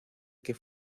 que